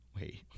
wait